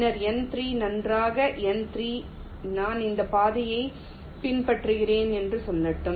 பின்னர் N3 நன்றாக N3 நான் இந்த பாதையை பின்பற்றுகிறேன் என்று சொல்லலாம்